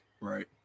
right